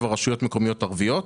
מקומיות ערביות,